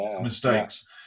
Mistakes